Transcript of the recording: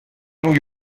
new